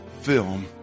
film